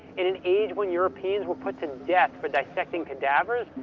in an age when europeans were put to death for dissecting cadavers,